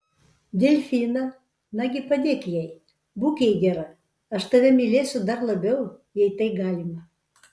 delfiną nagi padėk jai būk jai gera aš tave mylėsiu dar labiau jei tai galima